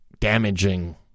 damaging